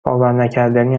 باورنکردنی